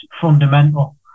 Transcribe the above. fundamental